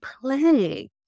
play